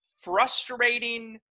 frustrating